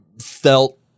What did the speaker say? felt